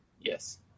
Yes